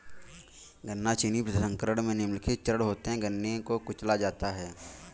गन्ना चीनी प्रसंस्करण में निम्नलिखित चरण होते है गन्ने को कुचला जाता है